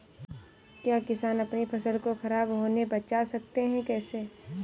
क्या किसान अपनी फसल को खराब होने बचा सकते हैं कैसे?